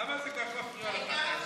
למה, מפריעה לך?